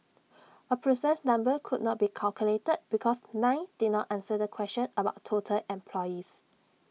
A precise number could not be calculated because nine did not answer the question about total employees